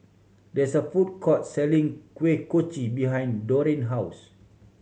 there is a food court selling Kuih Kochi behind Deron house